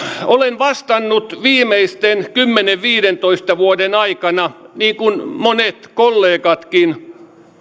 olen vastannut viimeisten kymmenen viiva viidentoista vuoden aikana niin kuin monet kollegatkin